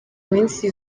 iminsi